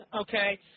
Okay